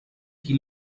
chi